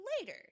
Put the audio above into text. later